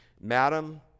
Madam